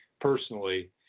personally